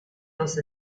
los